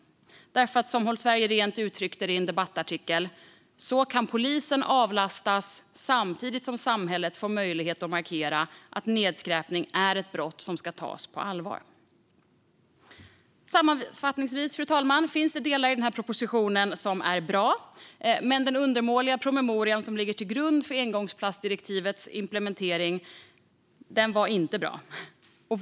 På det sättet kan, som Håll Sverige Rent uttryckte det i en debattartikel, "polisen avlastas samtidigt som samhället får möjlighet att markera att nedskräpning är ett brott som ska tas på allvar". Sammanfattningsvis, fru talman, finns det delar i den här propositionen som är bra. Den promemoria som ligger till grund för engångsplastdirektivets implementering var dock undermålig.